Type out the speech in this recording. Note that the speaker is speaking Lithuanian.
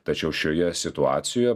tačiau šioje situacijoje